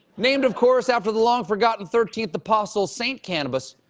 named, of course, after the long-forgotten thirteenth apostle, st. cannabis,